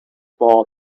ball